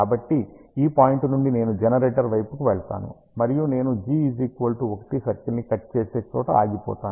కాబట్టి ఈ పాయింట్ నుండి నేను జనరేటర్ వైపుకు వెళ్తాను మరియు నేను g 1 సర్కిల్ ని కట్ చేసే చోట ఆగిపోతాను